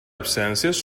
absències